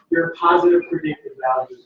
your positive predictive